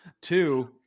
Two